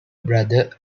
brother